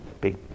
Big